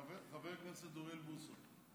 חבר הכנסת אוריאל בוסו.